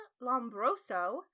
Lombroso